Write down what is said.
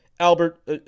Albert